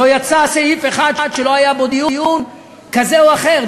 לא יצא סעיף אחד שלא היה בו דיון כזה או אחר.